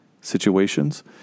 situations